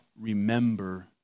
remember